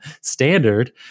standard